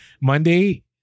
Monday